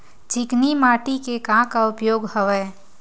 चिकनी माटी के का का उपयोग हवय?